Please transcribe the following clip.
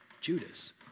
Judas